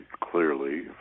clearly